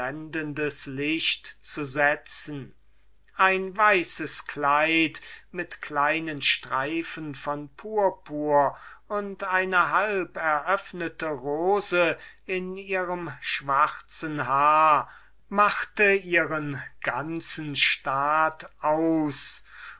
licht zu setzen ein kleid von weißem taft mit kleinen streifen von purpur und eine halberöffnete rose in ihrem schwarzen haar machte ihren ganzen staat aus